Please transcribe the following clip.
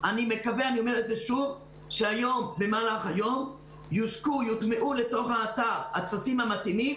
אני מקווה שבמהלך היום יושקו ויוטמעו לתוך האתר הטפסים המתאימים.